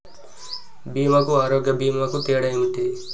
బీమా కు ఆరోగ్య బీమా కు తేడా ఏంటిది?